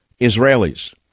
Israelis